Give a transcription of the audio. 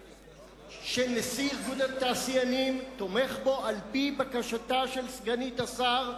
שנשיא איגוד התעשיינים תומך בו על-פי בקשתה של סגנית השר.